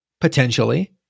Potentially